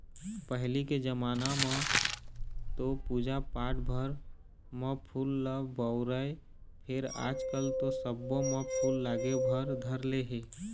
पहिली के जमाना म तो पूजा पाठ भर म फूल ल बउरय फेर आजकल तो सब्बो म फूल लागे भर धर ले हे